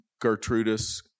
Gertrudis